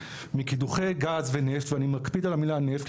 מקידוחי גז ונפט ואני מקפיד על המילה נפט,